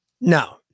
No